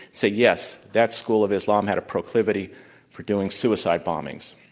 say, yes, that school of islam had a proclivity for doing suicide bombings.